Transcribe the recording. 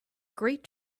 great